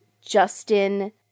Justin